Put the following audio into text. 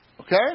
Okay